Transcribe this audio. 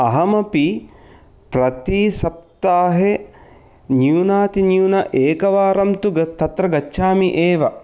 अहमपि प्रतिसप्ताहे न्यूनातिन्यूनं एकवारं तु तत्र गच्छामि एव